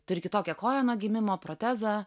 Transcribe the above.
turi kitokią koją nuo gimimo protezą